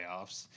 playoffs